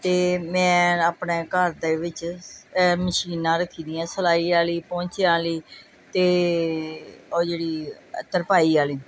ਅਤੇ ਮੈਂ ਆਪਣੇ ਘਰ ਦੇ ਵਿੱਚ ਮਸ਼ੀਨਾਂ ਰੱਖੀ ਦੀਆਂ ਸਿਲਾਈ ਵਾਲੀ ਪੋਂਚਿਆ ਵਾਲੀ ਅਤੇ ਉਹ ਜਿਹੜੀ ਤਰਪਾਈ ਵਾਲੀ